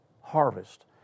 harvest